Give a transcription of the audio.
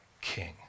king